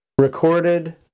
recorded